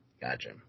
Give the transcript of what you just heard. gotcha